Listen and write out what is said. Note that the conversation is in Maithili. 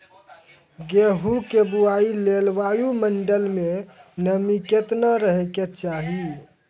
गेहूँ के बुआई लेल वायु मंडल मे नमी केतना रहे के चाहि?